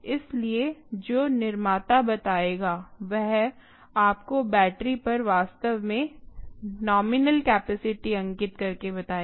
इसलिए जो निर्माता बताएगा वह आपको बैटरी पर वास्तव में नोमिनल कैपेसिटी अंकित करके बताएगा